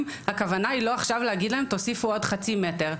הכוונה היא לא עכשיו להגיד להם שיוסיפו עוד חצי מטר.